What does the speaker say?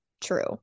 true